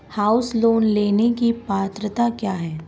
House loan लेने की पात्रता क्या है?